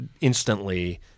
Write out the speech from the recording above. instantly